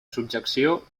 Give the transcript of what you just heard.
subjecció